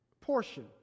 portion